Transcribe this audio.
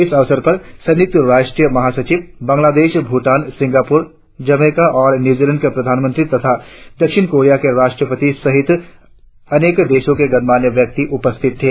इस अवसर पर संयुक्त राष्ट्र महासचिव बंगलादेश भूटान सिंगापुर जमैका और न्यूजीलैंड के प्रधानमंत्री तथा दक्षिण कोरिया के राष्ट्रपति सहित अनेक देशों के गणमान्य व्यक्ति उपस्थित थे